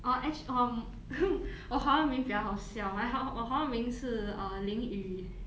orh act~ um 我华文名比较好笑我我华文名是 uh lin yu